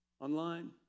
online